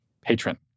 patron